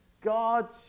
God